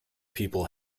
people